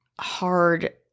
Hard